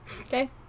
okay